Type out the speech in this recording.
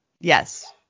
Yes